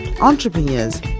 entrepreneurs